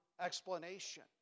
explanation